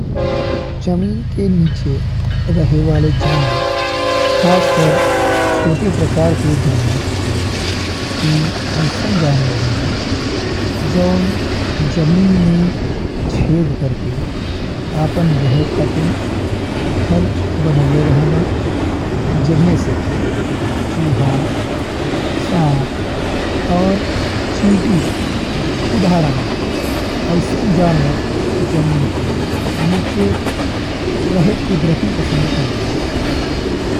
जमीन के नीचे रहे वाले जानवर खासकर छोटे प्रकार के जानवर होला। ई अइसन जनवर होला जवन जमीन में छेद करके आपन रहे खातिर घर बनवले रहना। जेमे से कि चूहा, साँप और चींटी उदाहरण बा। अइसन जानवर जमीन के नीचे रहे कुदरती पसंद करेला।